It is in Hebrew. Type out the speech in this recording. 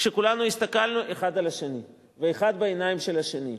כשכולנו הסתכלנו האחד על השני והאחד בעיניים של השני.